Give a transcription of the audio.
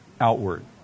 outward